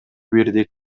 бирдей